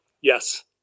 yes